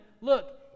Look